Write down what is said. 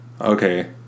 okay